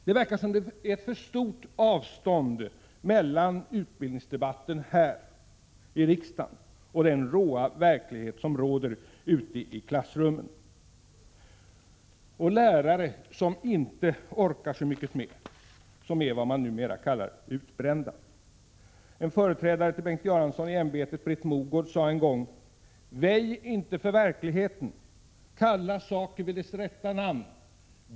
Det verkar som om det är ett för stort avstånd mellan utbildningsdebatten här i riksdagen och den råa verklighet som råder ute i klassrummen — med lärare som inte orkar så mycket mer, som är vad man numera kallar utbrända. En företrädare till Bengt Göransson i ämbetet, Britt Mogård, sade en gång: Väj inte för verkligheten, kalla saker vid deras rätta namn!